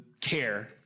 care